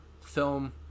film